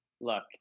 look